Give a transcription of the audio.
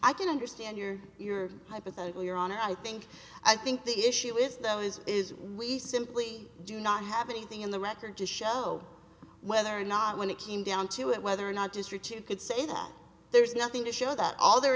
i can understand your your hypothetical your honor i think i think the issue is though is is we simply do not have anything in the record to show whether or not when it came down to it whether or not district you could say that there's nothing to show that all there